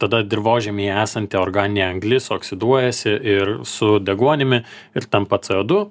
tada dirvožemyje esanti organinė anglis oksiduojasi ir su deguonimi ir tampa c o du